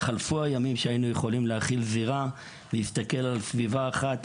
חלפו הימים שהיינו יכולים להסתכל על סביבה אחת,